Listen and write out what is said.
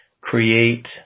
create